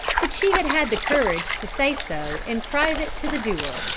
but she had had the courage to say so in private to the doer,